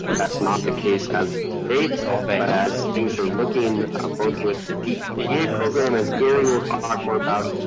that's not the case as of today, but as things are looking both with the dppa program, as gary will talk more about,